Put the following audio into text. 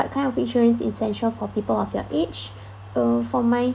kind of insurance essential for people of your age uh for